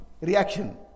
reaction